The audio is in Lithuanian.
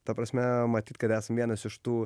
ta prasme matyt kad esam vienas iš tų